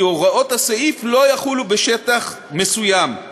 כי הוראות הסעיף לא יחולו בשטח מסוים,